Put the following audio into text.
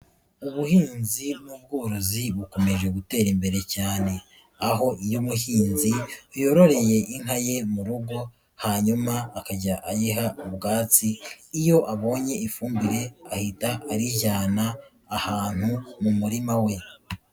Ubuhinzi n'ubworozi bukomeje gutera imbere cyane, aho iyo umuhinzi yororeye inka ye mu rugo hanyuma akajya ayiha ubwatsi, iyo abonye ifumbire ahita arijyana ahantu mu murima we.